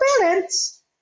parents